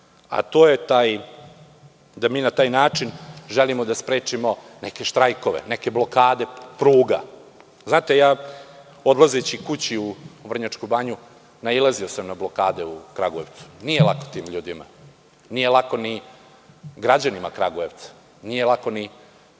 a to je da mi na taj način želimo da sprečimo neke štrajkove, neke blokade pruga. Odlazeći kući, u Vrnjačku Banju, nailazio sam na blokade u Kragujevcu. Nije lako ti ljudima, nije lako ni građanima Kragujevca, nije lako ni